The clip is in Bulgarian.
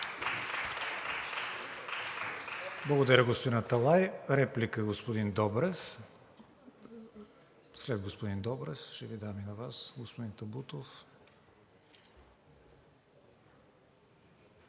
Благодаря, господин Аталай. Реплика – господин Добрев. След господин Добрев ще Ви дам и на Вас реплика, господин Табутов.